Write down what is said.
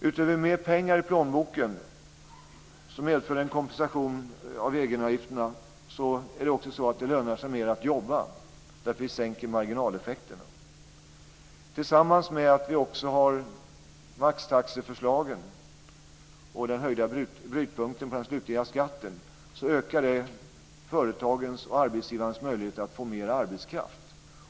Utöver mer pengar i plånboken medför en kompensation för egenavgifterna att det lönar sig mer att jobba, därför att vi sänker marginaleffekterna. Tillsammans med vårt maxtaxeförslag och den höjda brytpunkten för den slutliga skatten ökar det företagens och arbetsgivarnas möjligheter att få mer arbetskraft.